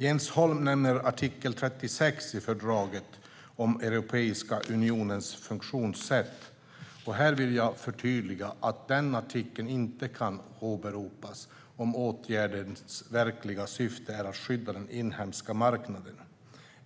Jens Holm nämner artikel 36 i fördraget om Europeiska unionens funktionssätt, och här vill jag förtydliga att den artikeln inte kan åberopas om åtgärdens verkliga syfte är att skydda den inhemska marknaden,